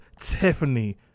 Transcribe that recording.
Tiffany